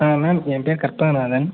ma'am என் பேர் கற்பகநாதன்